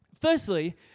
firstly